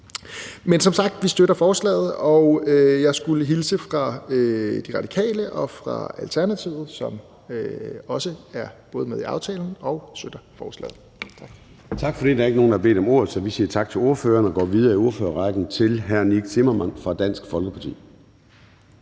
Men som sagt støtter vi forslaget, og jeg skulle hilse fra De Radikale og fra Alternativet, som også er med i aftalen, og sige, at de støtter forslaget. Tak. Kl. 14:09 Formanden (Søren Gade): Tak for det. Der er ikke nogen, der har bedt om ordet, så vi siger tak til ordføreren og går videre i ordførerrækken til hr. Nick Zimmermann fra Dansk Folkeparti.